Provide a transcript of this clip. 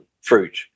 fruit